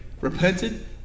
Repented